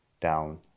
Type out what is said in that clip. down